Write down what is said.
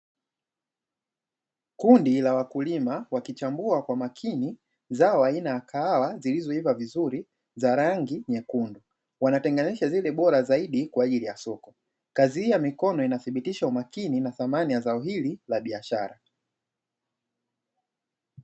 Kundi la wakulima wakichambua kwa makini zao aina ya kahawa zilizoiva vizuri za rangi nyekundu, wanatenganisha zile bora zaidi kwaajili ya soko, kazi hii ya mikono inathibitisha kwa makini na thamani ya zao hilo la biashara.